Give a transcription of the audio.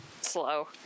slow